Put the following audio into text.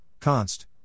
const